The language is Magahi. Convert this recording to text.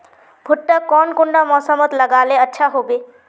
भुट्टा कौन कुंडा मोसमोत लगले अच्छा होबे?